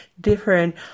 different